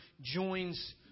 joins